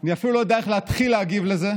אני אפילו לא יודע איך להתחיל להגיב על זה,